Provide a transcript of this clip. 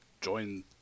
join